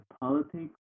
politics